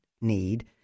need